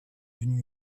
devenu